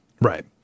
Right